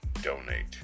donate